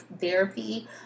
therapy